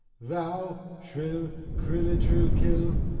thou, shrill crillitrilkril,